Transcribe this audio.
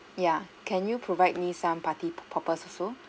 ya can you provide me some party poppers also